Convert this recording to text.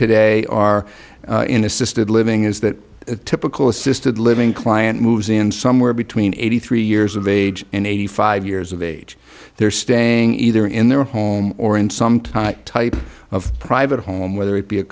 today are in assisted living is that the typical assisted living client moves in somewhere between eighty three years of age and eighty five years of age they're staying either in their home or in some type type of private home whether it be a